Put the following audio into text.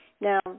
Now